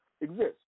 exist